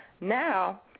now